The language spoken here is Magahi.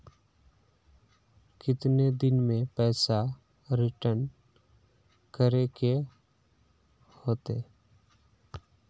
कितने दिन में पैसा रिटर्न करे के होते?